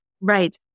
Right